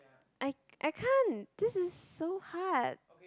I I can't this is so hard